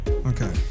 Okay